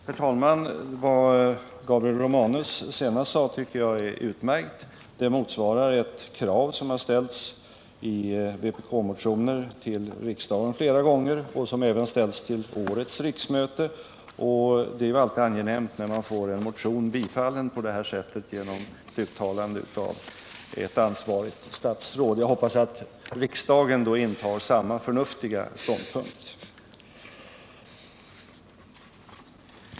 Herr talman! Vad Gabriel" Romanus senast sade tycker jag är utmärkt. Det motsvarar ett krav som har ställts i vpk-motioner till riksdagen flera gånger och som även ställts till årets riksmöte. Det är alltid angenämt när man får en motion bifallen på det här sättet genom ett uttalande av ett ansvarigt statsråd. Jag hoppas att riksdagen intar samma förnuftiga ståndpunkt.